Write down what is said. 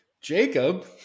Jacob